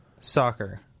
soccer